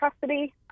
custody